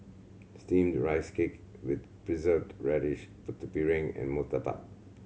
Steamed Rice Cake with Preserved Radish Putu Piring and murtabak